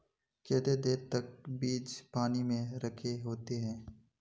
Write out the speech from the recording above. केते देर तक बीज पानी में रखे होते हैं?